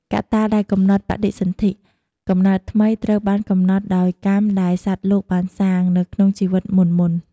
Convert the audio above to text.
កត្តាដែលកំណត់បដិសន្ធិ កំណើតថ្មីត្រូវបានកំណត់ដោយ កម្មដែលសត្វលោកបានសាង នៅក្នុងជីវិតមុនៗ។